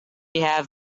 have